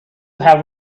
have